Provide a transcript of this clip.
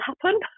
happen